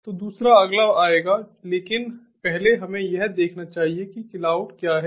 तो दूसरा अगला आएगा लेकिन पहले हमें यह देखना चाहिए कि क्लाउड क्या है